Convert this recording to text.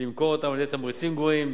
למכור אותן, על-ידי תמריצים גבוהים.